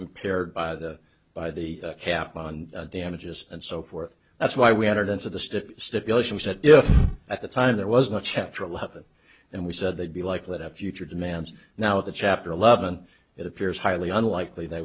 impaired by the by the cap on damages and so forth that's why we added into the stipulation was that if at the time there wasn't a chapter eleven and we said they'd be like that at future demands now at the chapter eleven it appears highly unlikely they